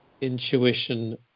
intuition